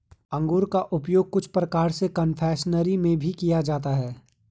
अंगूर का उपयोग कुछ प्रकार के कन्फेक्शनरी में भी किया जाता है